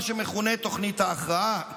מה שמכונה תוכנית ההכרעה.